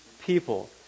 people